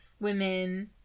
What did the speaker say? women